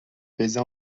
peser